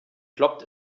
ploppt